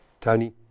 Tony